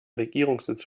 regierungssitz